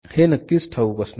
हे नक्कीच ठाऊक असणार